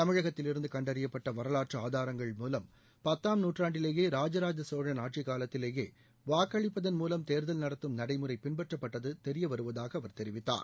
தமிழகத்திலிருந்து கண்டறியப்பட்ட வரலாற்று ஆதாரங்கள் மூலம் பத்தாம் நூற்றாண்டிலேயே ராஜராஜ சோழன் ஆட்சிக்காலத்திலேயே வாக்களிப்பதன் மூலம் தேர்தல் நடத்தும் நடைமுறை பின்பற்றப்பட்டது தெரியவருவதாக அவர் தெரிவித்தார்